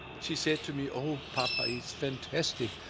she said to me, oh, papa, it's fantastic.